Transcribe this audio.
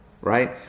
right